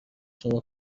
شما